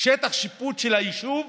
ושטח השיפוט של היישוב,